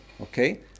okay